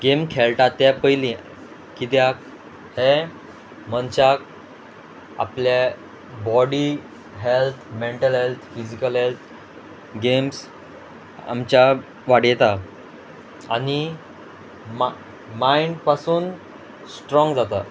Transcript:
game खेळटा तें पयलीं कित्याक हे मनशाक आपले body health mental health physical health games आमच्या वाडयता आनी मा मायंड पासून स्ट्रोंग जाता